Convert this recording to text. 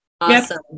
Awesome